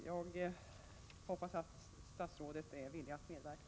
Jag hoppas att socialministern är villig att medverka.